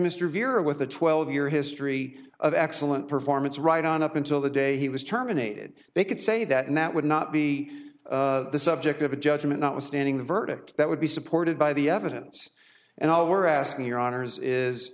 mr vierra with a twelve year history of excellent performance right on up until the day he was terminated they could say that and that would not be the subject of a judgment notwithstanding the verdict that would be supported by the evidence and all we're asking here honors is